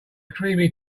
creamy